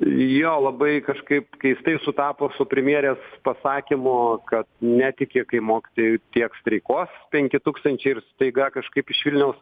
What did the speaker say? jo labai kažkaip keistai sutapo su premjerės pasakymu ka netiki kai mokytojų tiek striukos penki tūkstančiai ir staiga kažkaip iš vilniaus